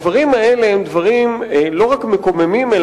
הדברים האלה הם לא רק מקוממים,